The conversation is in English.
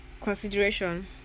consideration